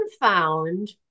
found